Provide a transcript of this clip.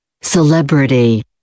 celebrity